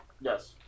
Yes